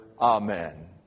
Amen